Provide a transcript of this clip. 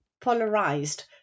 polarized